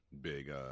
big